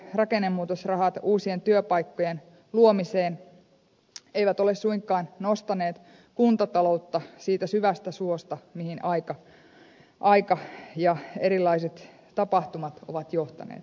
rakennemuutosrahat uusien työpaikkojen luomiseen eivät ole suinkaan nostaneet kuntataloutta siitä syvästä suosta mihin aika ja erilaiset tapahtumat ovat johtaneet